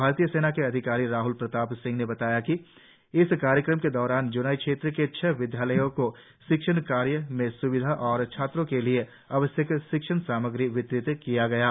भारतीय सेना के अधिकारी राहल प्रताप सिंह ने बताया कि इस कार्यक्रम के दौरान जोनाई क्षेत्र के छह विदयालयो को शिक्षण कार्य में सुविधा और छात्रों के लिए आवश्यक शिक्षण सामग्री वितरित किया गया है